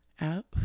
out